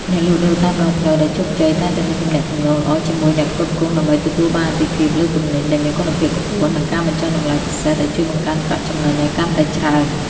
អ្នកលក់ដូរតាមដងផ្លូវដែលជោគជ័យ តែងតែមានទំនាក់ទំនងល្អជាមួយអ្នកផ្គត់ផ្គង់ដើម្បីទទួលបានអាទិភាពលើទំនិញដែលមានគុណភាពខ្ពស់ និងការបញ្ចុះតម្លៃពិសេសដែលជួយបង្កើនប្រាក់ចំណេញឱ្យកាន់តែច្រើន។